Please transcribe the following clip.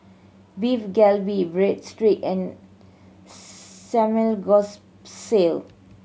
Beef Galbi Breadsticks and Samgyeopsal